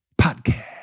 Podcast